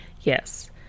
Yes